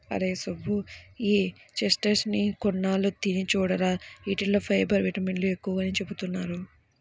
అరేయ్ సుబ్బు, ఈ చెస్ట్నట్స్ ని కొన్నాళ్ళు తిని చూడురా, యీటిల్లో ఫైబర్, విటమిన్లు ఎక్కువని చెబుతున్నారు